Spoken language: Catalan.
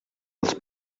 els